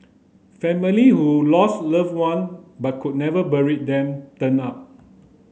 family who lost loved one but could never bury them turned up